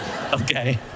Okay